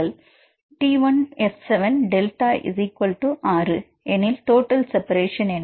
T1 F7 Delta 6 எனில் total separation என்ன